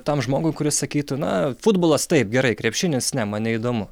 tam žmogui kuris sakytų na futbolas taip gerai krepšinis ne man neįdomu